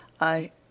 I